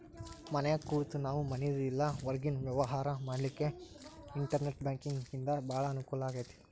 ಮನ್ಯಾಗ್ ಕೂತ ನಾವು ಮನಿದು ಇಲ್ಲಾ ಹೊರ್ಗಿನ್ ವ್ಯವ್ಹಾರಾ ಮಾಡ್ಲಿಕ್ಕೆ ಇನ್ಟೆರ್ನೆಟ್ ಬ್ಯಾಂಕಿಂಗಿಂದಾ ಭಾಳ್ ಅಂಕೂಲಾಗೇತಿ